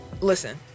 listen